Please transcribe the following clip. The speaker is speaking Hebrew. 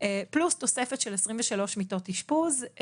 פלוס תוספת של 23 מיטות אשפוז.